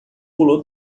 pulou